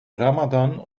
ramadan